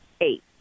Eight